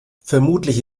vermutlich